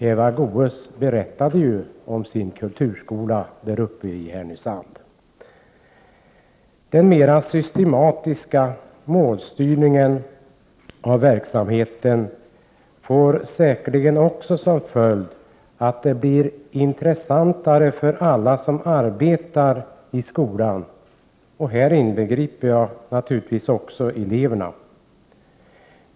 Eva Goéös berättade om sin kulturskola uppe i Härnösand. Den mera systematiska målstyrningen av verksamheten får säkerligen också som följd att det blir intressantare för alla som arbetar i skolan, och här inbegriper jag naturligtvis eleverna.